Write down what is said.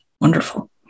Wonderful